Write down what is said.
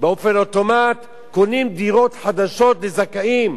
באופן אוטומטי, קונים דירות חדשות לזכאים.